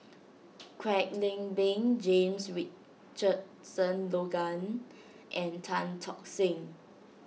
Kwek Leng Beng James Richardson Logan and Tan Tock Seng